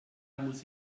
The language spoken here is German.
muss